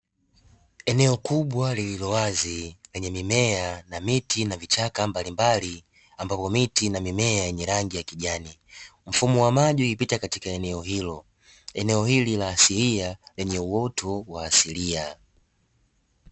Eneo kubwa lililo wazi , lenye mimea na miti na vichaka mbalimbali ambapo miti na mimea yenye rangi ya kijani, mfumo wa maji hupita katika eneo hilo, eneo hili la asilia lenye uoto wa asilia.